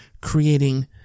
creating